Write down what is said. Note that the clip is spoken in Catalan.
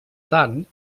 tant